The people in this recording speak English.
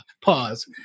Pause